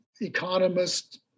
economists